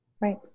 Right